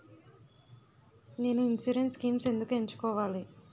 నేను insurance schemes ఎందుకు ఎంచుకోవాలి?